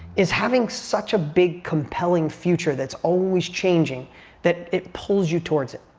is having such a big compelling future that's always changing that it pulls you towards it.